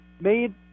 made